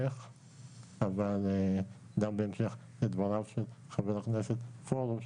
אבל גם בהמשך לדבריו של חבר הכנסת פרוש,